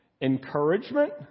encouragement